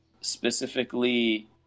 Specifically